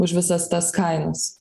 už visas tas kainas